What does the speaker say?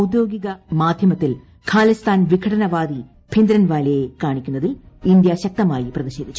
ഔദ്യോഗിക മാധ്യമത്തിൽ ഖാലിസ്ഥാൻ വിഘടനവാദി ഭിന്ദ്രൻവാലെയെ കാണിക്കുന്നതിൽ ഇന്ത്യ ശക്തമായി പ്രതിഷേധിച്ചു